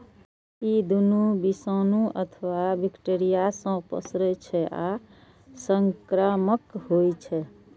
ई दुनू विषाणु अथवा बैक्टेरिया सं पसरै छै आ संक्रामक होइ छै